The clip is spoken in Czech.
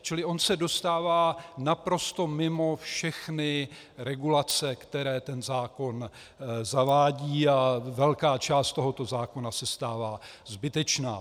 Čili on se dostává naprosto mimo všechny regulace, které ten zákon zavádí, a velká část tohoto zákona se stává zbytečná.